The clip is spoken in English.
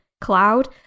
cloud